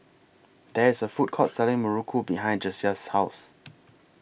There IS A Food Court Selling Muruku behind Jasiah's House